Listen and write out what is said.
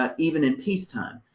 um even in peacetime.